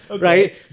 right